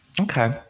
Okay